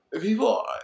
people